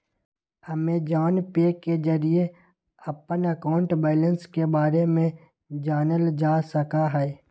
Amazon pay के जरिए अपन अकाउंट बैलेंस के बारे में जानल जा सका हई